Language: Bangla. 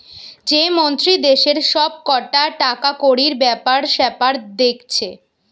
যে মন্ত্রী দেশের সব কটা টাকাকড়ির বেপার সেপার দেখছে